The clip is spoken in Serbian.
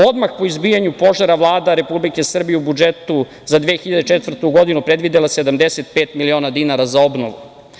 Odmah po izbijanju požara Vlada Republike Srbije u budžetu za 2004. godinu predvidela je 75.000.000 dinara za obnovu.